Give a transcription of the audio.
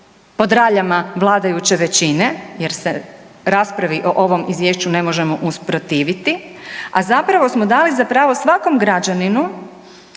pod raljama vladajuće većine jer se raspravi o ovom izvješću ne možemo usprotiviti, a zapravo smo dali za pravo svakom građaninu